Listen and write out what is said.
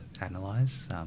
analyze